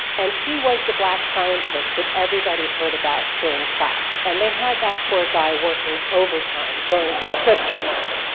and he was the black scientist that everybody heard about during class. and they had that poor guy working overtime during black history month.